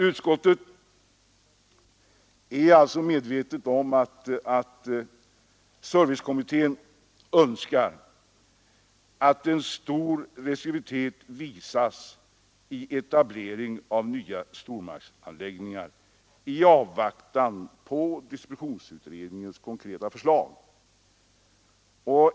Utskottet är medvetet om att servicekommittén önskar att stor restriktivitet visas vid etablering av nya stormarknadsanläggningar i avvaktan på distributionsutredningens konkreta förslag.